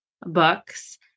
books